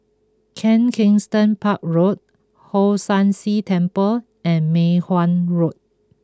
Kensington Park Road Hong San See Temple and Mei Hwan Road